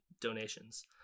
donations